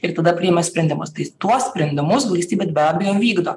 ir tada priima sprendimus tai tuos sprendimus valstybė be abejo vykdo